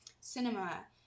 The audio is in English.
cinema